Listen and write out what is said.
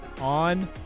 on